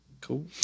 Cool